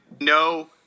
No